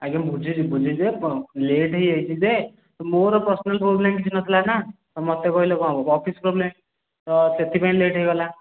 ଆଜ୍ଞା ବୁଝିଲି ବୁଝିଲି ଯେ ଲେଟ୍ ହେଇଯାଇଛି ଯେ ମୋର ପର୍ସନାଲ୍ ପ୍ରୋବ୍ଲେମ୍ କିଛି ନଥିଲା ନା ଆଉ ମୋତେ କହିଲେ କ'ଣ ହେବ ଅଫିସ୍ ପ୍ରୋବ୍ଲେମ୍ ତ ସେଥିପାଇଁ ଲେଟ୍ ହେଇଗଲା